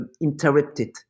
interrupted